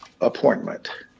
appointment